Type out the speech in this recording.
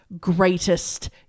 greatest